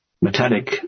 metallic